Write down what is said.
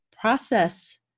process